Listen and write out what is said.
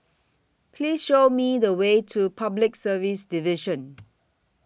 Please Show Me The Way to Public Service Division